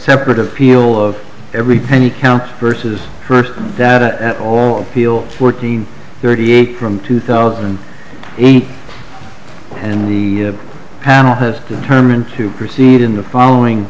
separate appeal of every penny counts versus first that all appeals fourteen thirty eight from two thousand and eight and the panel has determined to proceed in the following